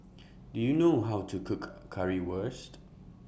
Do YOU know How to Cook Currywurst